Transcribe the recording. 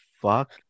fuck